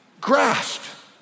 grasped